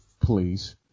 Please